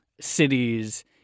cities